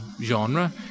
genre